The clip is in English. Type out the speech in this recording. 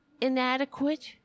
Inadequate